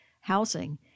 housing